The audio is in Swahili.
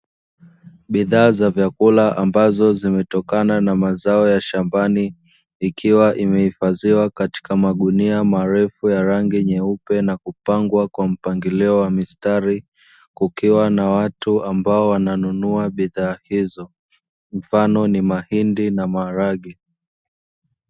Bidhaa za vyakula ambazo zimetokana na mazao ya shambani, ikiwa imehifadhiwa katika magunia marefu ya rangi nyeupe na kupangwa kwa mpangilio wa mistari kukiwa na watu wanaonunua bidhaa hizo, mfano ni mahindi na maharage.